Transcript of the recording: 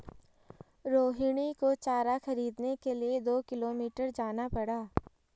रोहिणी को चारा खरीदने के लिए दो किलोमीटर जाना पड़ा